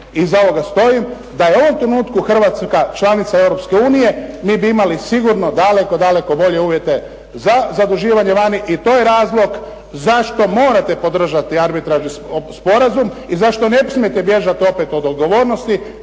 iza ovoga stojim, da je u ovom trenutku Hrvatska članica Europske unije mi bi imali sigurno daleko, daleko bolje uvjete za zaduživanje vani. I to je razlog zašto morate podržati Arbitražni sporazum i zašto ne smijete bježati od odgovornosti